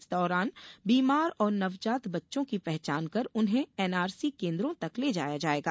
इस दौरान बीमार और नवजात बच्चों की पहचान कर उन्हें एनआरसी केन्द्रों तक ले जाया जायेगा